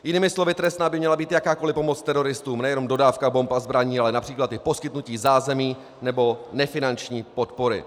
Jiným slovy trestná by měla být jakákoliv pomoc teroristům, nejenom dodávka bomb a zbraní, ale například i poskytnutí zázemí nebo nefinanční podpory.